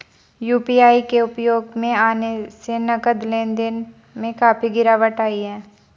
UPI के उपयोग में आने से नगद लेन देन में काफी गिरावट आई हैं